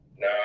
No